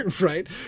right